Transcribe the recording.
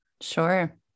Sure